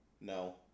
no